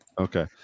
Okay